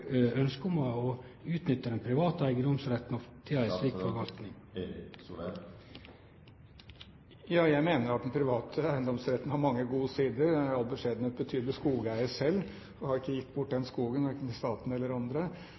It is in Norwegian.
om å utnytte den private eigedomsretten til ei slik forvaltning? Ja, jeg mener at den private eiendomsretten har mange gode sider. Jeg er – i all beskjedenhet – en betydelig skogeier selv, og har ikke gitt bort den skogen verken til staten eller til andre.